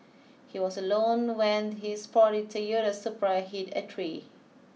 he was alone when his sporty Toyota Supra hit a tree